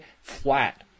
Flat